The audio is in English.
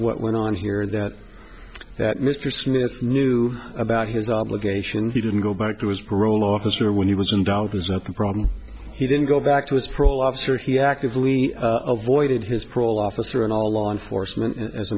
what went on here that that mr smith knew about his obligation he didn't go back to his parole officer when he was going down because of a problem he didn't go back to his parole officer he actively avoided his parole officer and all law enforcement as